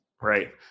right